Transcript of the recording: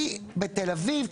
בתל-אביב,